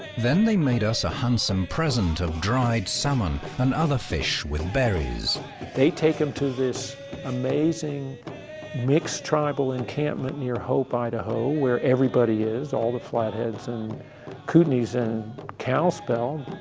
then they made us a handsome present of dried salmon and other fish with berries they take him to this amazing mixed tribal encampment near hope, idaho where everybody is, all the flatheads and kootenais and kalispel,